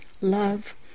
Love